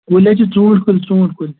کُلۍ ہَے چھِ ژوٗنٛٹھۍ کُلۍ ژوٗنٛٹھۍ کُلۍ